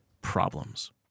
problems